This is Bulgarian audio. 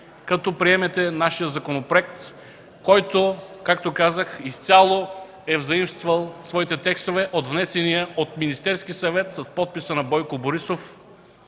като приемете нашия законопроект, който, както казах, изцяло е заимствал своите текстове от внесения от Министерския съвет с подписа на Бойко Борисов